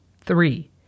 Three